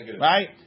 Right